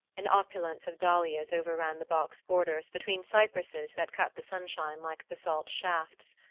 an opulence of dahlias overran the box-borders, between cypresses that cut the sunshine like basalt shafts.